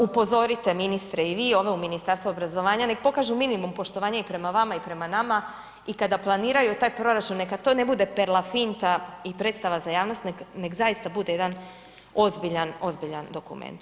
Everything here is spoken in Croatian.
Upozorite ministre i vi i ove u Ministarstvu obrazovanja neka pokažu minimum poštovanja i prema vama i prema nama i kada planiraju taj proračun neka to ne bude per la finta i predstava za jasnost nego zaista bude jedan ozbiljan, ozbiljan dokument.